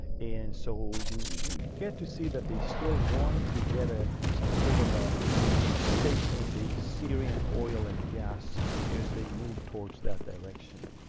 and so you you get to see that they still want to get ah some sort of ah a stake in the syrian oil and gas as they move towards that direction.